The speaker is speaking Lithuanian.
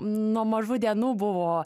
nuo mažų dienų buvo